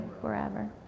forever